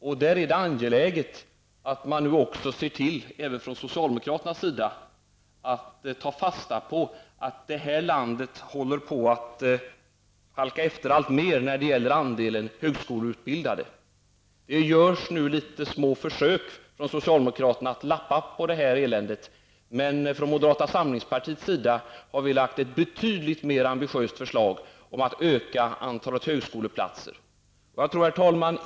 Det är i detta sammanhang angeläget att även socialdemokraterna ser till att ta fasta på att det här landet håller på att halka efter alltmer i fråga om andelen högskoleutbildade. Socialdemokraterna gör nu små försök att lappa ihop det här eländet, men vi moderater har lagt fram ett betydligt mer ambitiöst förslag om en utökning av antalet högskoleplatser.